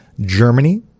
Germany